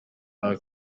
aka